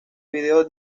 video